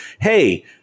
hey